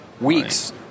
weeks